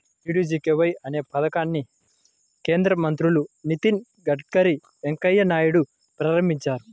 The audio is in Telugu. డీడీయూజీకేవై అనే పథకాన్ని కేంద్ర మంత్రులు నితిన్ గడ్కరీ, వెంకయ్య నాయుడులు ప్రారంభించారు